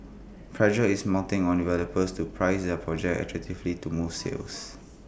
pressure is mounting on developers to price their projects attractively to move sales